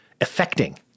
affecting